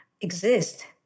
exist